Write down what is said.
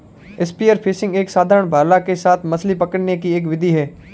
spear fishing एक साधारण भाला के साथ मछली पकड़ने की एक विधि है